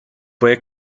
puede